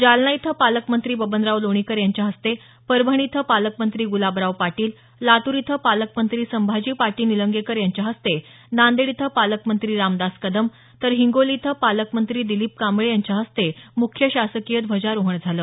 जालना इथं पालकमंत्री बबनराव लोणीकर यांच्या हस्ते परभणी इथं पालकमंत्री गुलाबराव पाटील लातूर इथं पालकमंत्री संभाजी पाटील निलंगेकर यांच्या हस्ते नांदेड इथं पालकमंत्री रामदास कदम तर हिंगोली इथं पालकमंत्री दिलीप कांबळे यांच्या हस्ते मुख्य शासकीय ध्वजारोहण झालं